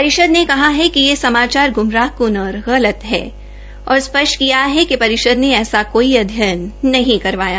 परिषद ने कहा कि यह समाचार गुमराहकुन और गलत है और स्पष्ट किया है कि परिषद ने ऐसा कोई अध्ययन नहीं करवाया